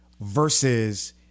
versus